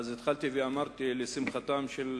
התחלתי ואמרתי, שלשמחתם של רבים,